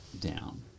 down